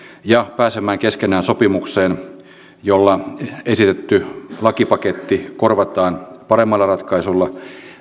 ja pääsemään keskenään sopimukseen jolla esitetty lakipaketti korvataan paremmalla ratkaisulla